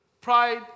pride